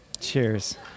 Cheers